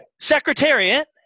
Secretariat